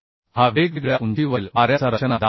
हा वेगवेगळ्या उंचीवरील वाऱ्याचा रचना दाब आहे